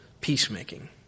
peacemaking